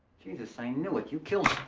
jesus, i knew it, you killed